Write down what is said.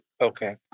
Okay